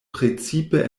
precipe